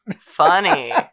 Funny